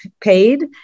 paid